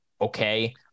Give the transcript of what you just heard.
okay